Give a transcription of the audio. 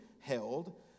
held